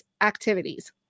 activities